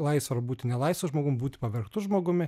laisvu ar būti nelaisvu žmogum būti pavergtu žmogumi